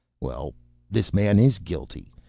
well this man is guilty,